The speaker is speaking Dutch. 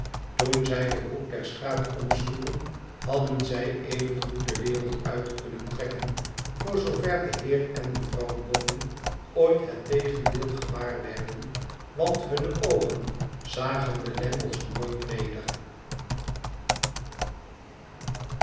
toen zij den hoek der straat omsloegen hadden zij evengoed de wereld uit kunnen trekken voor zoover de heer en mevrouw bofhn ooit het tegendeel gewaar werden want hunne oogen zagen de lammies nooit weder